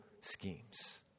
schemes